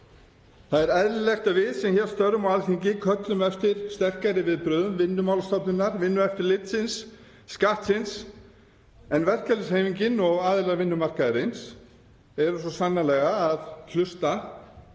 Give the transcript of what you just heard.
Það er eðlilegt að við sem hér störfum á Alþingi köllum eftir sterkari viðbrögðum Vinnumálastofnunar, Vinnueftirlitsins og Skattsins en verkalýðshreyfingin og aðilar vinnumarkaðarins eru svo sannarlega að hlusta.